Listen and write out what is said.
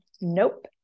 Nope